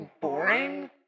boring